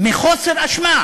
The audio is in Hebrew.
מחוסר אשמה.